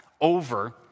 over